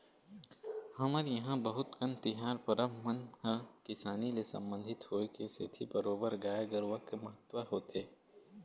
हमर इहाँ बहुत कन तिहार परब मन ह किसानी ले संबंधित होय के सेती बरोबर गाय गरुवा के महत्ता होथे